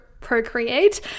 procreate